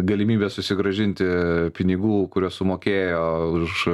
galimybės susigrąžinti pinigų kuriuos sumokėjo už